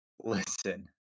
Listen